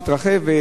שהתרחב,